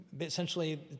essentially